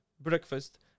breakfast